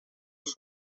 les